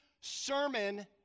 sermon